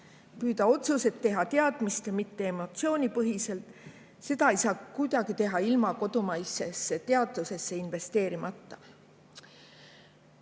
püüda otsused teha teadmiste‑, mitte emotsioonipõhiselt. Seda ei saa kuidagi teha ilma kodumaisesse teadusesse investeerimata.